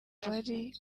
ari